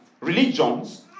religions